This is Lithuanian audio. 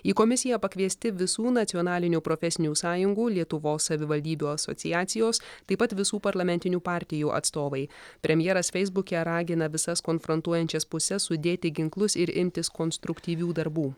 į komisiją pakviesti visų nacionalinių profesinių sąjungų lietuvos savivaldybių asociacijos taip pat visų parlamentinių partijų atstovai premjeras feisbuke ragina visas konfrontuojančias puses sudėti ginklus ir imtis konstruktyvių darbų